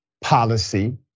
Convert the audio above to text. policy